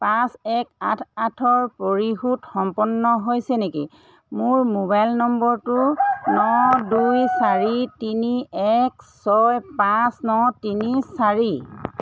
পাঁচ এক আঠ আঠৰ পৰিশোধ সম্পন্ন হৈছে নেকি মোৰ মোবাইল নম্বৰটো ন দুই চাৰি তিনি এক ছয় পাঁচ ন তিনি চাৰি